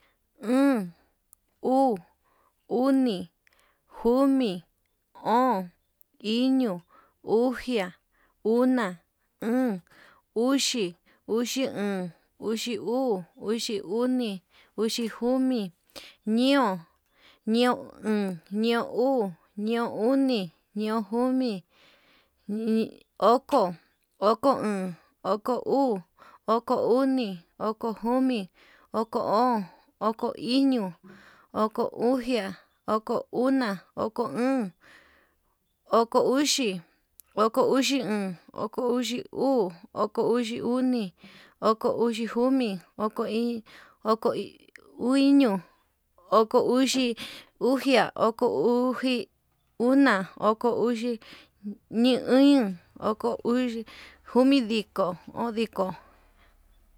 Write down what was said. Oon, uu, oni, komi, o'on, iño, uxia, una, óón, uxi, uxi oon, uxi uu, uxi oni, uxi komi, ñeon, ñeon oon, ñeon uu, ñeon oni, ñeon komi, oko, oko oon, oko uu, oko oni, oko komi, oko o'on, oko iño, oko uxia, oko ona, oko óón, oko uxi, oko uxi oon, oko uxi uu, oko uxi oni, oko uxi komi, oko iin, oko in uu iño, oko uxi uxia, oko uxi una, oko uxi ñeon, oko uxi, komidiko, ondiko.